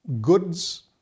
goods